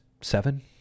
seven